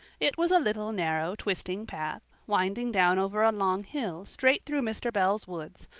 it was a little narrow, twisting path, winding down over a long hill straight through mr. bell's woods,